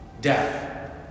Death